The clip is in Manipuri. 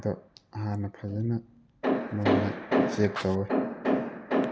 ꯑꯗꯣ ꯍꯥꯟꯅ ꯐꯖꯅ ꯑꯗꯨꯃꯥꯏꯅ ꯆꯦꯛ ꯇꯧꯋꯤ